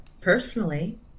personally